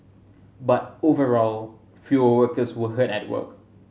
but overall fewer workers were hurt at work